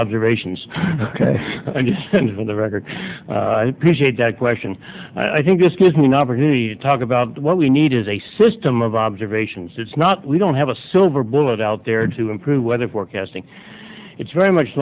observations and just on the record that question i think this gives me an opportunity to talk about what we need is a system of observations it's not we don't have a silver bullet out there to improve weather forecasting it's very much